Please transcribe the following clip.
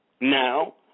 Now